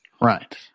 Right